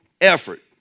effort